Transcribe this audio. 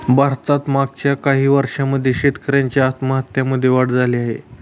भारतात मागच्या काही वर्षांमध्ये शेतकऱ्यांच्या आत्महत्यांमध्ये वाढ झाली आहे